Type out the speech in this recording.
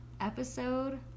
episode